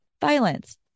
violence